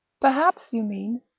perhaps, you mean,